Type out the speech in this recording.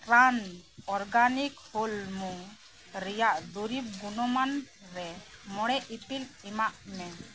turn organic ᱦᱳᱞ ᱢᱚᱝ ᱨᱮᱭᱟᱜ ᱫᱩᱨᱤᱵᱽ ᱜᱩᱱᱚ ᱢᱟᱱ ᱨᱮ ᱢᱚᱲᱮ ᱤᱯᱤᱞ ᱮᱢᱟᱜ ᱢᱮ